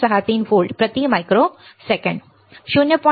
63 volt प्रति microsecond